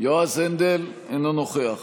אינו נוכח